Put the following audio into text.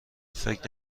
فکر